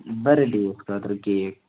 birth day یُک خٲطرٕ cake